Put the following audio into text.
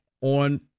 on